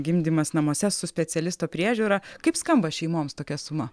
gimdymas namuose su specialisto priežiūra kaip skamba šeimoms tokia suma